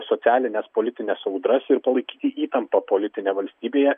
socialines politines audras ir palaikyti įtampą politinę valstybėje